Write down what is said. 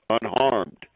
unharmed